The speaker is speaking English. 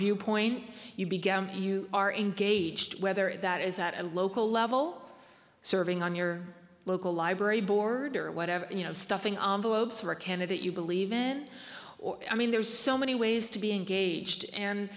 viewpoint you began you are engaged whether that is at a local level serving on your local library board or whatever you know stuffing avalos for a candidate you believe in or i mean there's so many ways to be engaged and